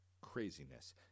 craziness